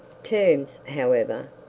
terms, however,